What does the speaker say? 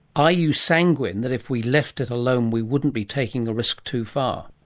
are you sanguine that if we left it alone we wouldn't be taking a risk too far?